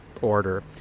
order